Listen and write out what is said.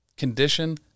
condition